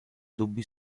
dubbi